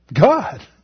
God